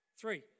Three